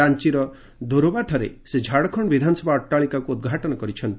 ରାଞ୍ଚିର ଧୁରବାଠାରେ ସେ ଝାଡ଼ଖଣ୍ଡ ବିଧାନସଭା ଅଟ୍ଟାଳିକାକୁ ଉଦ୍ଘାଟନ କରିଛନ୍ତି